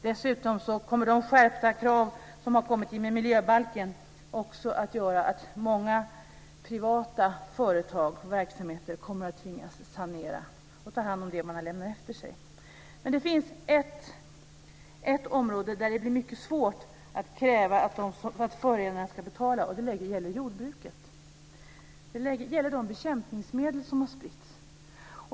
Dessutom kommer de skärpta krav som kommit i och med miljöbalken också att göra att många privata företag och verksamheter kommer att tvingas sanera och ta hand om det som de har lämnat efter sig. Det finns ett område där det blir mycket svårt att kräva att förorenarna ska betala. Det gäller jordbruket och de bekämpningsmedel som spritts.